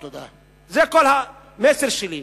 זה כל המסר שלי.